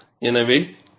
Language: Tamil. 2 KN க்கானது